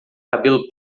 cabelo